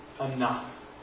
enough